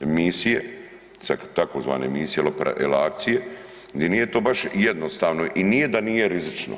misije sa tzv. misije ili akcije gdje nije to baš jednostavno i nije da nije rizično.